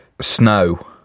snow